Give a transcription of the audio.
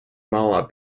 mala